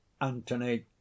Antony